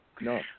No